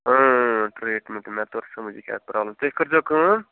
treatment مےٚ توٚر سَمٕج یہِ کیٛاہ پرٛابلِم تُہۍ کٔرۍزیٚو کٲم